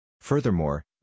Furthermore